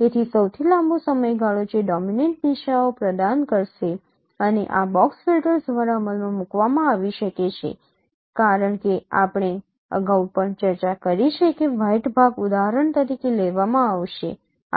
તેથી સૌથી લાંબો સમયગાળો જે ડોમિનેન્ટ દિશાઓ પ્રદાન કરશે અને આ બોક્સ ફિલ્ટર્સ દ્વારા અમલમાં મૂકવામાં આવી શકે છે કારણ કે આપણે અગાઉ પણ ચર્ચા કરી છે કે વ્હાઇટ ભાગ ઉદાહરણ તરીકે લેવામાં આવશે